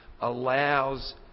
allows